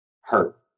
hurt